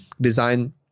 design